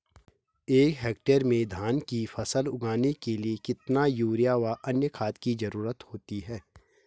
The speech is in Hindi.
एक हेक्टेयर में धान की फसल उगाने के लिए कितना यूरिया व अन्य खाद की जरूरत होती है?